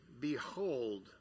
behold